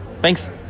Thanks